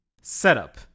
Setup